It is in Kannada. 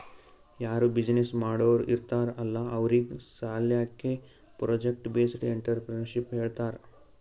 ಯಾರೂ ಬಿಸಿನ್ನೆಸ್ ಮಾಡೋರ್ ಇರ್ತಾರ್ ಅಲ್ಲಾ ಅವ್ರಿಗ್ ಸಾಲ್ಯಾಕೆ ಪ್ರೊಜೆಕ್ಟ್ ಬೇಸ್ಡ್ ಎಂಟ್ರರ್ಪ್ರಿನರ್ಶಿಪ್ ಹೇಳ್ತಾರ್